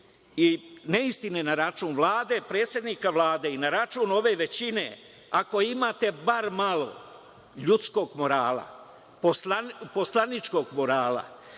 neistine na račun Vlade, predsednika Vlade i na račun ove većine, ako imate bar malo ljudskog morala poslaničkog morala